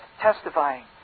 testifying